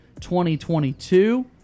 2022